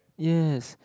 yes